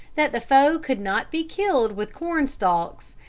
that the foe could not be killed with cornstalks,